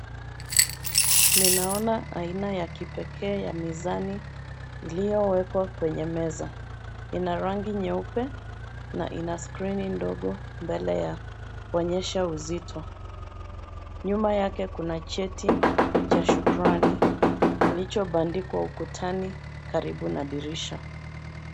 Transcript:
Ninaona aina ya kipekee ya mizani, iliyowekwa kwenye meza, ina rangi nyeupe, na ina skrini ndogo, mbele ya, kuonyesha uzito. Nyuma yake kuna cheti, cha shukrani, kilichobandikwa ukutani, karibu na dirisha.